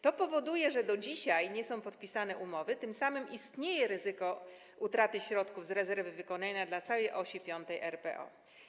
To powoduje, że do dzisiaj nie są podpisane umowy, tym samym istnieje ryzyko utraty środków z rezerwy wykonania dla całej osi 5. RPO.